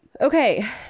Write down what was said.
Okay